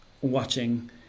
Watching